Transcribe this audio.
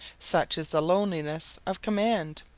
such is the loneliness of command.